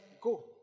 go